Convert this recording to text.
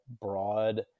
broad